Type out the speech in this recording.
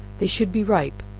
they should be ripe,